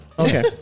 Okay